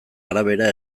arabera